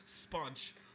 sponge